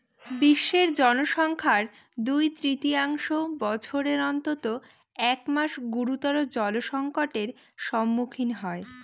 বিশ্বের জনসংখ্যার দুই তৃতীয়াংশ বছরের অন্তত এক মাস গুরুতর জলসংকটের সম্মুখীন হয়